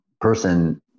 person